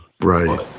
Right